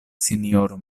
sinjoro